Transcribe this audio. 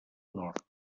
nord